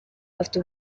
afite